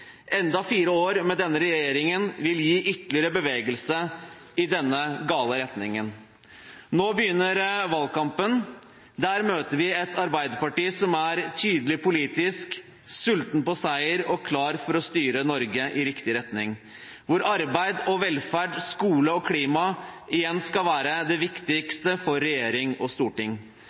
Enda fire år med denne regjeringen vil gi ytterligere bevegelse i denne gale retningen. Nå begynner valgkampen. Der møter vi et Arbeiderparti som er tydelig politisk, sulten på seier og klar for å styre Norge i riktig retning, hvor arbeid og velferd, skole og klima igjen skal være det viktigste for regjering og storting.